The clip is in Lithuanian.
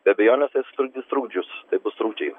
be abejonės tai sutrukdys trukdžius tai bus trukdžiai